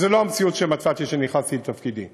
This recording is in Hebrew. וזאת לא המציאות שמצאתי כשנכנסתי לתפקידי.